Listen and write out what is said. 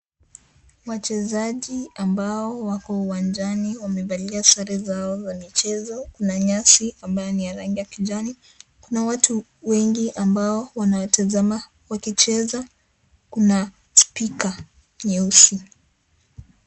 Wachezaji ambao wako uwanjani wamevalia sare zao za michezo. Kuna nyasi ambayo ni ya rangi ya kijani. Kuna watu wengi ambao wanatazama wakicheza. Kuna spika nyeusi.